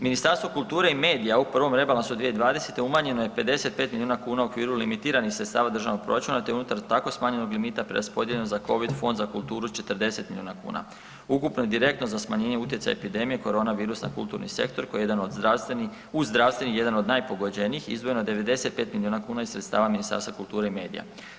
Ministarstvo kulture i medija u prvom rebalansu 2020. umanjeno je 55 milijuna kuna u okviru limitiranih sredstava državnog proračuna te unutar tako smanjenog limita preraspodijeljen za covid Fond za kulturu 40 milijuna kuna, ukupno je direktno za smanjenje utjecaja epidemije korona virusa na kulturni sektor koji je jedan uz zdravstveni jedan od najpogađenijih izdvojeno 95 milijuna kuna iz sredstava Ministarstva kulture i medija.